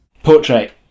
Portrait